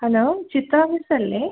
hello Chitra മിസ്സല്ലേ